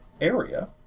area